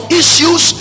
issues